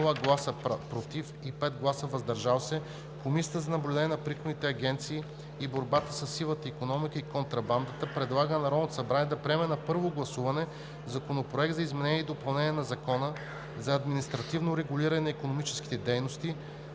„за“, без „против“ и 5 гласа „въздържал се“, Комисията за наблюдение на приходните агенции и борба със сивата икономика и контрабандата предлага на Народното събрание да приеме на първо гласуване Законопроект за изменение и допълнение на Закона за административното регулиране на икономически дейности,